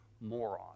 moron